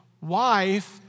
wife